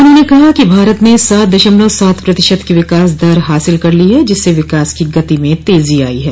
उन्होंने कहा कि भारत ने सात दशमलव सात प्रतिशत की विकास दर हासिल कर ली है जिससे विकास की गति में तेजी आयी है